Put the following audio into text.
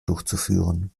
durchzuführen